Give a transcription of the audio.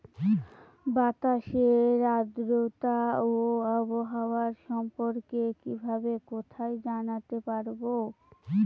বাতাসের আর্দ্রতা ও আবহাওয়া সম্পর্কে কিভাবে কোথায় জানতে পারবো?